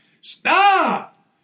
Stop